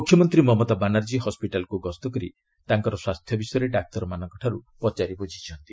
ମୁଖ୍ୟମନ୍ତ୍ରୀ ମମତା ବାନାର୍ଜୀ ହସ୍କିଟାଲକୁ ଗସ୍ତ କରି ତାଙ୍କର ସ୍ୱାସ୍ଥ୍ୟ ବିଷୟରେ ଡାକ୍ତରମାନଙ୍କୁ ପଚାରି ବୁଝିଛନ୍ତି